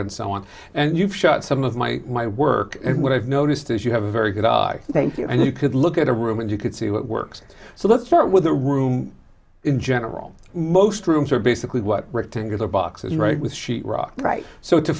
and so on and you've shot some of my my work and what i've noticed is you have a very good eye thank you and you could look at a room and you could see what works so let's start with the room in general most rooms are basically what rectangular box is right with sheet rock right so it's a